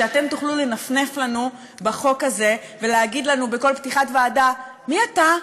שאתם תוכלו לנפנף לנו בחוק הזה ולהגיד לנו בכל פתיחת ועדה: מי אתה?